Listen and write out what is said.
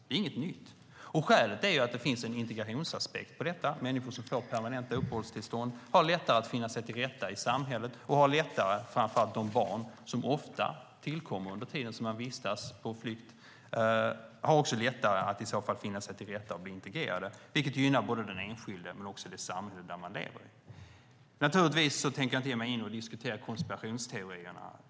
Det är inget nytt. Skälet är att det finns en integrationsaspekt. Människor som får permanenta uppehållstillstånd har lättare att finna sig till rätta i samhället. Framför allt har de barn som ofta tillkommer under tiden man vistas på flykt lättare att finna sig till rätta och bli integrerade. Detta gynnar både den enskilde och samhället. Naturligtvis tänker jag inte ge mig in på att diskutera konspirationsteorier.